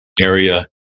area